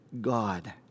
God